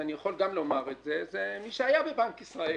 אז אני יכול גם לומר את זה הוא מי שהיה בבנק ישראל.